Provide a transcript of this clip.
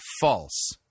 False